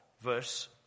verse